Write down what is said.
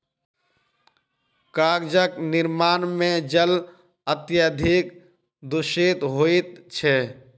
कागजक निर्माण मे जल अत्यधिक दुषित होइत छै